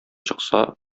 чыкса